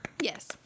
yes